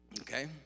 Okay